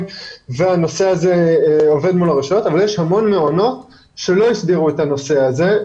אבל יש המון מעונות שלא הסדירו את הנושא הזה.